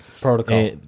protocol